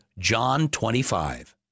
JOHN25